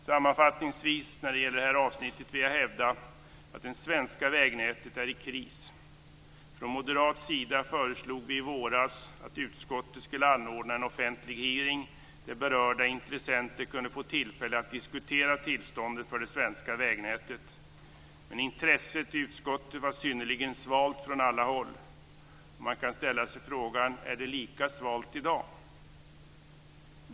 Sammanfattningsvis vill jag när det gäller det här avsnittet hävda att det svenska vägnätet är i kris. Från moderat sida föreslog vi i våras att utskottet skulle anordna en offentlig hearing, där berörda intressenter fick tillfälle att diskutera tillståndet för det svenska vägnätet. Men intresset i utskottet var synnerligen svalt från alla håll. Man kan ställa sig frågan: Är det lika svalt i dag?